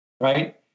Right